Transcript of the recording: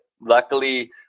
luckily